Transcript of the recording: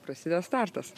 prasideda startas